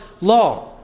law